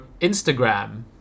instagram